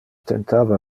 tentava